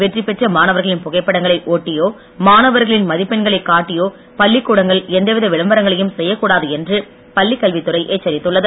வெற்றி பெற்ற மாணவர்களின் புகைப்படங்களை ஒட்டியோ மாணவர்களின் மதிப்பெண்களை காட்டியோ பள்ளிக்கூடங்கள் எந்தவித விளம்பரங்களையும் செய்யக்கூடாது என்று பள்ளிக்கல்வித்துறை எச்சரித்துள்ளது